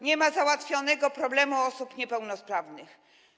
Nie ma załatwionego problemu osób niepełnosprawnych.